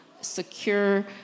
Secure